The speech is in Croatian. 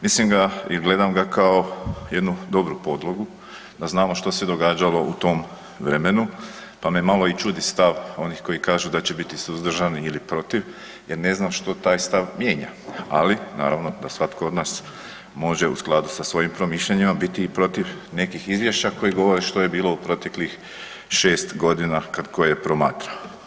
Mislim ga i gledam ga kao jednu dobru podlogu da znamo što se događalo u tom vremenu, pa me malo i čudi stav onih koji kažu da će biti suzdržani ili protiv jer ne znam što taj stav mijenja, ali naravno da svatko od nas može u skladu sa svojim promišljanjima biti i protiv nekih izvješća koji govore što je bilo u proteklih 6.g. kad koje promatra.